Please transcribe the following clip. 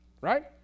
Right